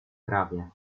trawie